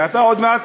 כי אתה עוד מעט